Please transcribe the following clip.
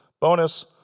Bonus